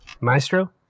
Maestro